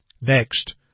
Next